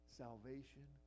salvation